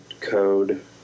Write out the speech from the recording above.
code